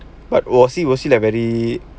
but was he was he like very weak